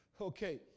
Okay